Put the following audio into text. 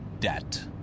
debt